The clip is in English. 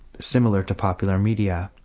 similar to popular media,